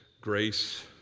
grace